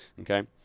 okay